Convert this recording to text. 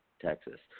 Texas